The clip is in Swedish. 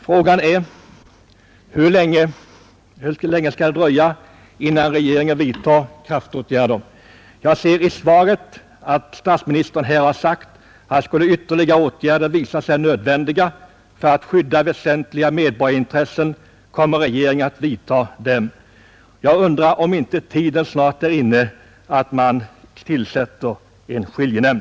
Frågan är hur länge det skall dröja innan regeringen vidtar kraftåtgärder. Statsministern säger i sitt svar följande: ”Skulle ytterligare åtgärder visa sig nödvändiga för att skydda väsentliga medborgarintressen kommer regeringen att vidta dem.” Jag undrar om inte tiden snart är inne för att tillsätta en skiljenämnd.